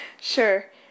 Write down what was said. Sure